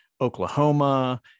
oklahoma